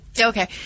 Okay